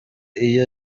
iyo